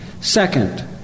Second